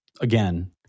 again